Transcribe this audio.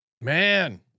Man